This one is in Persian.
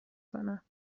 کنم